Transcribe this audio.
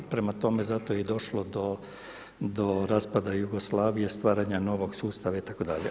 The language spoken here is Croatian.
Prema tome, zato je i došlo do raspada Jugoslavije, stvaranja novog sustava itd.